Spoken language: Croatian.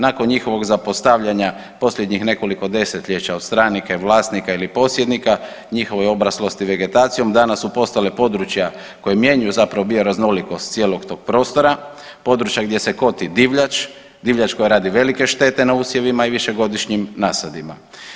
Nakon njihovog zapostavljanja posljednjih nekoliko desetljeća od strane vlasnika ili posjednika njihovoj obraslosti vegetacijom danas su postale područja koje mijenjaju zapravo bioraznolikost cijelog tog prostora, područja gdje se koti divljač, divljač koja radi velike štete na usjevima i višegodišnjim nasadima.